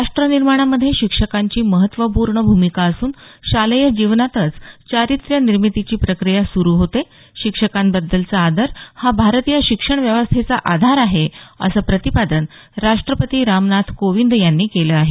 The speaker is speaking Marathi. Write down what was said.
राष्ट्रनिर्माणामध्ये शिक्षकांची महत्वपूर्ण भूमिका असून शालेय जीवनातच चारित्र्य निर्मितीची प्रक्रिया सुरु होते शिक्षकांबद्दलचा आदर हा भारतीय शिक्षण व्यवस्थेचा आधार आहे असं प्रतिपादन राष्टपती रामनाथ कोविंद यांनी केलं आहे